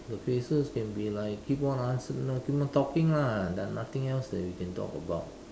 the phrases can be like keep on answer no keep on talking lah like nothing else that we can talk about